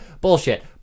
bullshit